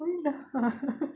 I mean